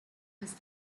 was